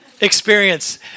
Experience